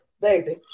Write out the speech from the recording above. baby